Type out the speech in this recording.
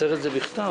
מה אתם הולכים לעשות?